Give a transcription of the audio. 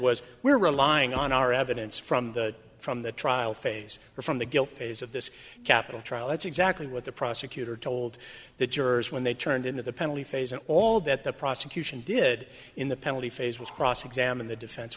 was we're relying on our evidence from the from the trial phase or from the guilt phase of this capital trial that's exactly what the prosecutor told the jurors when they turned into the penalty phase and all that the prosecution did in the penalty phase was cross examine the defense